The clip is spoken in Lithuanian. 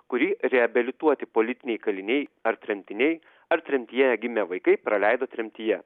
kurį reabilituoti politiniai kaliniai ar tremtiniai ar tremtyje gimę vaikai praleido tremtyje